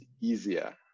easier